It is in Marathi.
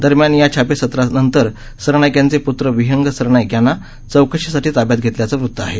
दरम्यान या छापेसत्रानंतर सरनाईक यांचे पूत्र विहंग सरनाईक यांना चौकशीसाठी ताब्यात घेतल्याचं वृत्त आहे